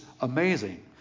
amazing